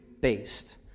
based